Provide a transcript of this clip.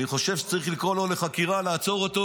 אני חושב שצריך לקרוא לו לחקירה, לעצור אותו